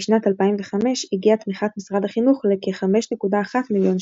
בשנת 2005 הגיעה תמיכת משרד החינוך לכ-5.1 מיליון ש"ח.